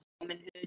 womanhood